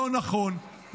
לא נכון,